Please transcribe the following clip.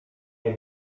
nie